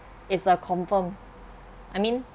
it's a confirm I mean